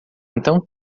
então